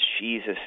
Jesus